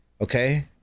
okay